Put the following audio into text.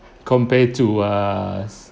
compared to err